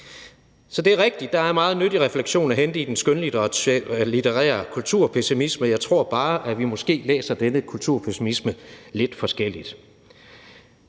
Så det er rigtigt, at der er meget nyttig refleksion at hente i den skønlitterære kulturpessimisme, jeg tror bare, at vi måske læser denne kulturpessimisme lidt forskelligt.